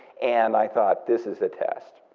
and i thought, this is a test.